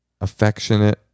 affectionate